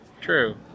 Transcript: True